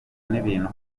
n’ibintu